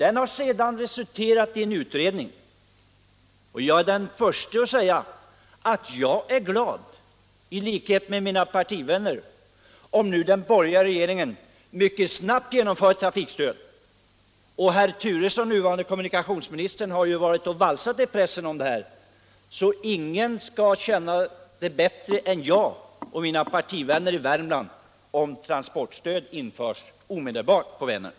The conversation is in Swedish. Den motionen har resulterat i en utredning, och jag är den förste att säga att jag i likhet med mina partivänner blir glad, om den borgerliga regeringen nu mycket snabbt genomför transportstödet — nuvarande kommunikationsministern herr Turessons positiva inställning till detta stöd har cirkulerat i pressen. Ingen kommer att känna sig gladare än jag och mina partivänner i Värmland om transportstödet när det gäller Vänern införs omedelbart.